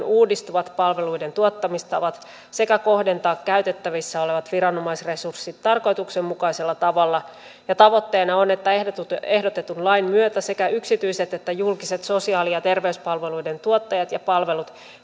uudistuvat palveluiden tuottamistavat sekä kohdentaa käytettävissä olevat viranomaisresurssit tarkoituksenmukaisella tavalla tavoitteena on että ehdotetun lain myötä sekä yksityiset että julkiset sosiaali ja terveyspalveluiden tuottajat ja palvelut